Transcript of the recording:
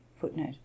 footnote